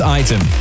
item